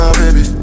baby